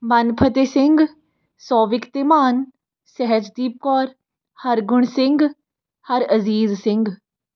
Banfateh Singh Sauvik Dhiman Sahajdeep Kaur Hargun Singh Harazeez Singh